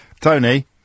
Tony